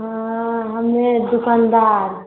हँ हमे दोकनदार